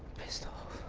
pissed off.